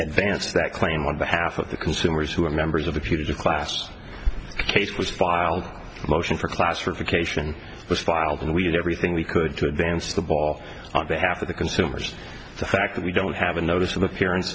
advance that claim on behalf of the consumers who are members of the putative class case was filed a motion for class for vacation was filed and we did everything we could to advance the ball on behalf of the consumers the fact that we don't have a notice of appearance